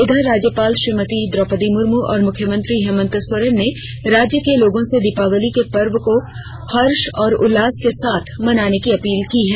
इधर राज्यपाल श्रीमती द्रौपदी मुर्मू और मुख्यमंत्री हेमंत सोरेन ने राज्य के लोगों से दीपावली के पर्व को हर्ष और उल्लास के साथ मनाने की अपील की है